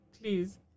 Please